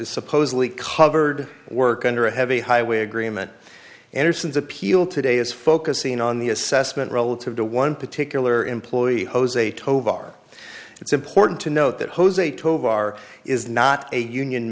supposedly covered work under a heavy highway agreement anderson's appeal today is focusing on the assessment relative to one particular employee jose tovar it's important to note that jose tovar is not a union